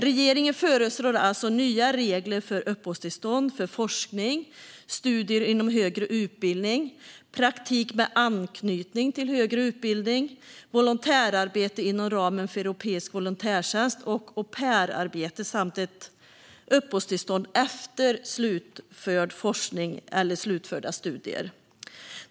Regeringen föreslår alltså nya regler för uppehållstillstånd för forskning, studier inom högre utbildning, praktik med anknytning till högre utbildning, volontärarbete inom ramen för europeisk volontärtjänst och au pair-arbete samt för uppehållstillstånd efter slutförd forskning eller slutförda studier.